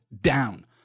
down